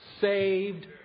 saved